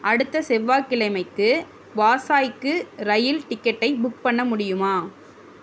அடுத்த செவ்வாய் கிழமைக்கு வாசாய்க்கு ரயில் டிக்கெட்டை புக் பண்ண முடியுமா